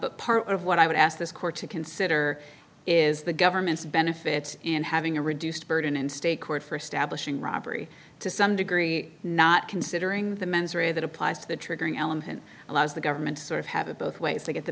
but part of what i would ask this court to consider is the government's benefit in having a reduced burden in state court for stablish in robbery to some degree not considering the mens rea that applies to the triggering element allows the government sort of have it both ways to get the